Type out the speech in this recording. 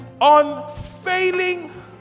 Unfailing